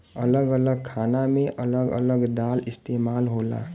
अलग अलग खाना मे अलग अलग दाल इस्तेमाल होला